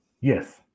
Yes